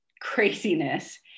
craziness